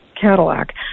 Cadillac